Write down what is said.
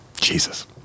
Jesus